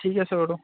ঠিক আছে বাৰু